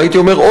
אבל הייתי אומר,